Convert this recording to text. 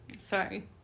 Sorry